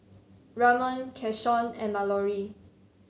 Ramon Keshaun and Mallorie